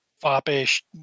foppish